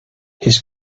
his